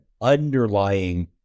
underlying